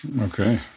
Okay